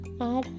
Add